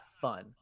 fun